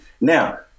Now